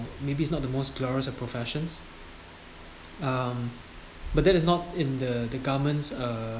maybe it's not the most glorious of professions um but that is not in the the government's uh